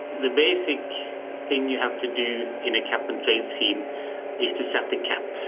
the basic thing you have to do in a cap and trade scheme is to set the cap.